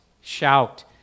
shout